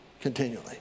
continually